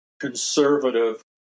Conservative